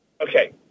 Okay